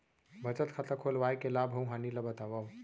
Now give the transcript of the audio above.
बचत खाता खोलवाय के लाभ अऊ हानि ला बतावव?